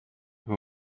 who